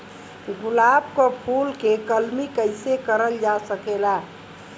गुलाब क फूल के कलमी कैसे करल जा सकेला?